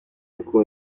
mudasobwa